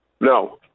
No